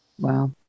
Wow